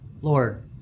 Lord